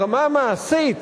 ברמה המעשית,